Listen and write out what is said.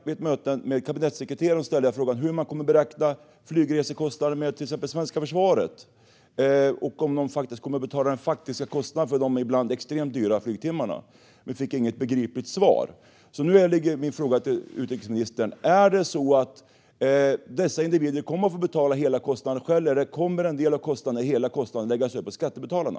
Vid ett möte med kabinettssekreteraren i förra veckan ställde jag frågan hur man kommer att beräkna flygresekostnaden för till exempel svenska försvarets flygplan och om personerna kommer att få betala den faktiska kostnaden för de ibland extremt dyra flygtimmarna, men jag fick inget begripligt svar. Därför är min fråga till utrikesministern: Kommer dessa individer att få betala hela kostnaden själva, eller kommer en del av kostnaden eller hela kostnaden att läggas över på skattebetalarna?